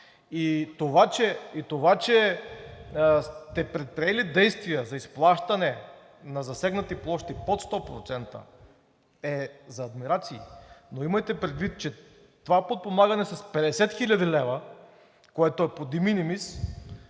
Това, че сте предприели действия за изплащане на засегнати площи под 100%, е за адмирации, но имайте предвид, че това подпомагане с 50 хил. лв., което е по de